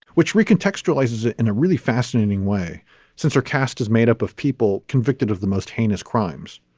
which recontextualize is ah in a really fascinating way since her cast is made up of people convicted of the most heinous crimes,